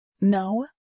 No